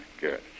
Good